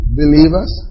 believers